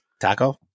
Taco